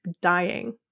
dying